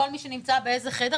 כל מי שנמצא באיזה חדר,